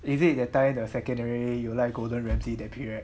is it that time the secondary you like gordon ramsay that period